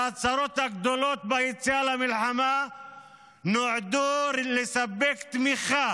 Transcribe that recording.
ההצהרות הגדולות ביציאה למלחמה נועדו לספק תמיכה